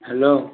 hello